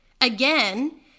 Again